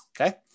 okay